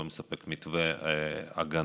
לא מספק מתווה הגנה.